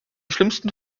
schlimmsten